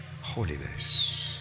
holiness